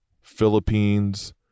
Philippines